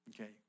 Okay